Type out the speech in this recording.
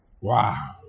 Wow